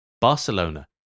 Barcelona